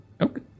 Okay